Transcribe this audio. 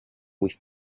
with